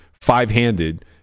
five-handed